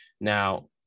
Now